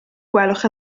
gwelwch